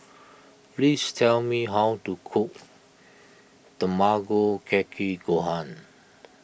please tell me how to cook Tamago Kake Gohan